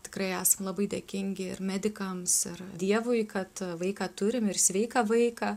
tikrai esam labai dėkingi ir medikams ir dievui kad vaiką turim ir sveiką vaiką